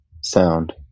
sound